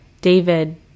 David